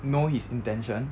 know his intention